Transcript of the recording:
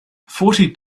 forty